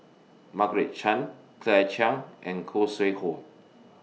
Margaret Chan Claire Chiang and Khoo Sui Hoe